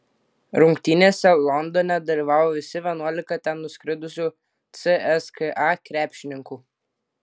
rungtynėse londone dalyvavo visi vienuolika ten nuskridusių cska krepšininkų